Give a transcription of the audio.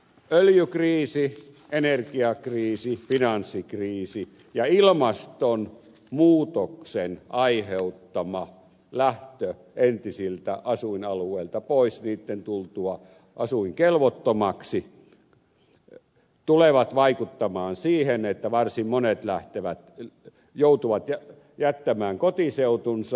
öljykriisi energiakriisi finanssikriisi ja ilmastonmuutoksen aiheuttama lähtö entisiltä asuinalueilta pois niitten tultua asuinkelvottomiksi tulevat vaikuttamaan siihen että varsin monet joutuvat jättämään kotiseutunsa